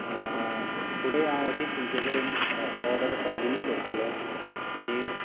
फुडें हांव अशीच तुमचें कडेन ऑर्डर कन्टिन्यू करतलो आनी